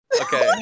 Okay